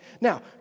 Now